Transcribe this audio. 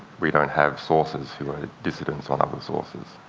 we don't have sources who are dissidents on other sources.